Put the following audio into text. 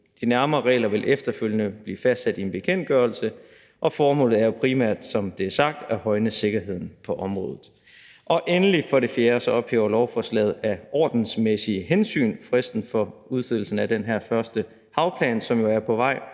De nærmere regler vil efterfølgende blive fastsat i en bekendtgørelse, og formålet er primært, som det er sagt, at højne sikkerheden på området. Endelig for det fjerde ophæver lovforslaget af ordensmæssige hensyn fristen for udstedelsen af den her første havplan, som jo er på vej.